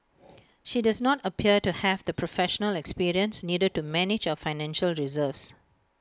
she does not appear to have the professional experience needed to manage our financial reserves